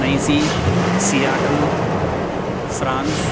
Nainsi Seattle France